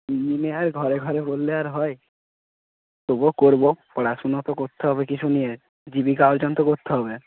engineer ঘরে ঘরে বললে আর হয় তবুও করব পড়াশুনো তো করতে হবে কিছু নিয়ে জীবিকা অর্জন তো করতে হবে